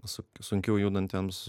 su sunkiau judantiems